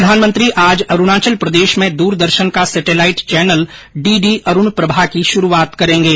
प्रधानमंत्री आज अरुणाचल प्रदेश में द्रदर्शन का सेटेलाइट चैनल डीडी अरुणप्रभा की शुरुआत करेंगे